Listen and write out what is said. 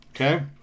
Okay